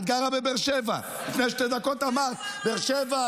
את גרה בבאר שבע, לפני שתי דקות אמרת: באר שבע,